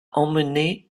emmené